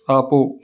ఆపు